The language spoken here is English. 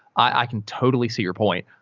i can totally see your point.